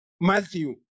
Matthew